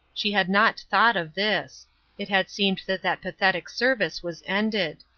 she had not thought of this it had seemed that that pathetic service was ended.